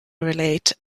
relate